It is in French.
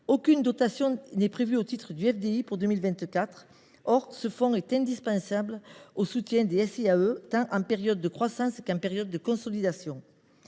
Aucune dotation n’est prévue au titre du FDI pour 2024. Ce fonds est pourtant indispensable pour soutenir les SIAE, en période de croissance comme en période de consolidation.